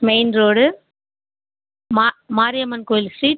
main road மா மாரியம்மன் கோயில் street